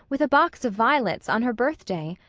with a box of violets, on her birthday!